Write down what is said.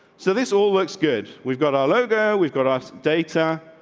so this all works good. we've got our logo. we've got us data.